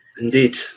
Indeed